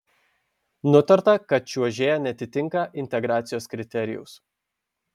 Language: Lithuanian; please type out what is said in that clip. nutarta kad čiuožėja neatitinka integracijos kriterijaus